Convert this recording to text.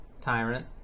Tyrant